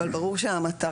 אבל ברור שהמטרה,